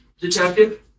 Detective